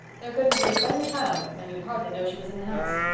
there couldn't be a better child and you'd hardly know she was in the house.